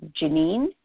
Janine